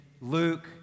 Luke